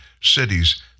cities